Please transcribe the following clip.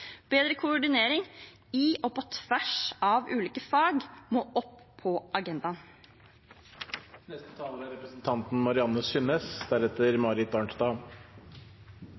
koordinering i og på tvers av ulike fag må opp på